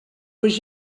was